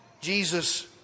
Jesus